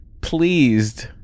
pleased